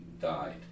died